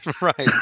Right